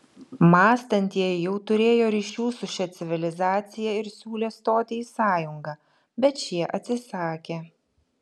mąstantieji jau turėjo ryšių su šia civilizacija ir siūlė stoti į sąjungą bet šie atsisakė